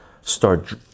start